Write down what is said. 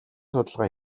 судалгаа